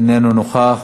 איננו נוכח.